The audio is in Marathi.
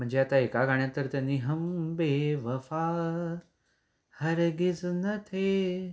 म्हणजे आता एका गाण्यात तर त्यांनी हम बेवफा हरगीज न थे